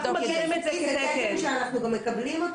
אנחנו מכירים את זה כתקן שאנחנו גם מקבלים אותו